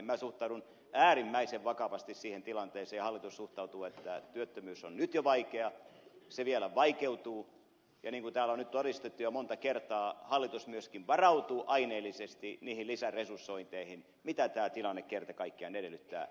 minä suhtaudun ja hallitus suhtautuu äärimmäisen vakavasti siihen tilanteeseen että työttömyys on nyt jo vaikea se vielä vaikeutuu ja niin kuin täällä nyt on todistettu jo monta kertaa hallitus myöskin varautuu aineellisesti niihin lisäresursointeihin mitä tämä tilanne kerta kaikkiaan edellyttää